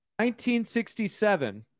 1967